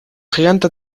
gigante